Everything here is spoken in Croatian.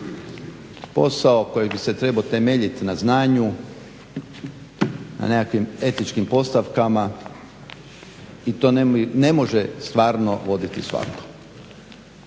posao koji bi se trebao temeljiti na znanju, na nekakvim etičkim postavkama i to ne može stvarno voditi svatko.